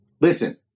Listen